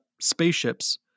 spaceships